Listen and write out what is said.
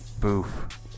Boof